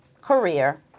career